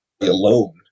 alone